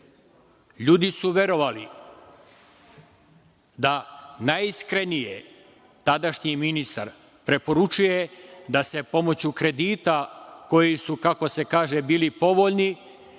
su verovali da, najiskrenije tadašnji ministar, preporučuje da se pomoću kredita koji su, kako se kaže, bili povoljni,